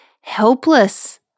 Helpless